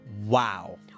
Wow